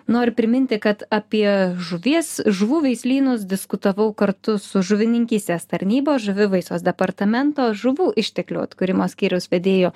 noriu priminti kad apie žuvies žuvų veislynus diskutavau kartu su žuvininkystės tarnybos žuvivaisos departamento žuvų išteklių atkūrimo skyriaus vedėju